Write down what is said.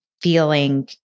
feeling